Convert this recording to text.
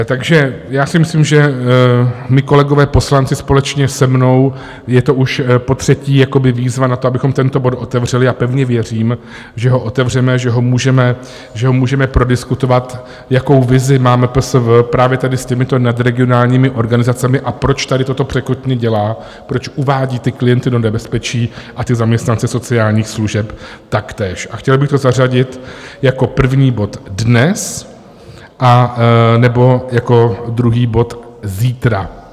Takže já si myslím, že mí kolegové poslanci, společně se mnou je to už potřetí výzva na to, abychom tento bod otevřeli, a pevně věřím, že ho otevřeme a že ho můžeme prodiskutovat, jakou vizi mám MPSV právě tady s těmito nadregionálními organizacemi a proč tady toto překotně dělá, proč uvádí klienty do nebezpečí a zaměstnance sociálních služeb taktéž, a chtěl bych to zařadit jako první bod dnes a nebo jako druhý bod zítra.